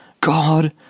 God